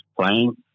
playing